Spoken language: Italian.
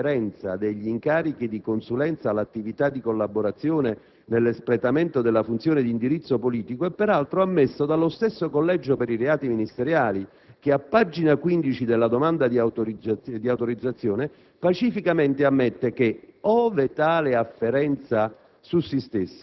Il rilievo di un'eventuale afferenza degli incarichi di consulenza all'attività di collaborazione nell'espletamento della funzione di indirizzo politico è peraltro ammesso dallo stesso Collegio per i reati ministeriali che, a pagina 15 della domanda di autorizzazione, pacificamente ammette che,